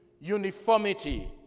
uniformity